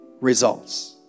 results